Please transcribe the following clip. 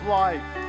life